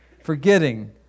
forgetting